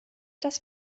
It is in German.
das